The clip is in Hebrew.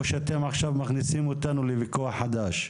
שאתם עכשיו מכניסים אותנו לוויכוח חדש?